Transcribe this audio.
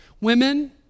women